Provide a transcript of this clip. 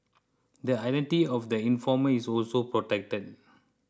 the identity of the informer is also protected